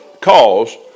cause